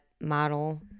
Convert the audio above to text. model